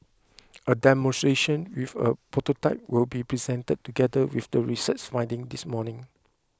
a demonstration with a prototype will be presented together with the research findings this morning